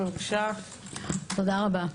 תודה רבה.